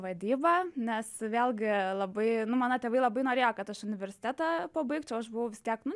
vadybą nes vėlgi labai nu mano tėvai labai norėjo kad aš universitetą pabaigčiau aš buvau vis tiek